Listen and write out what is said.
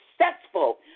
successful